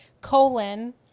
colon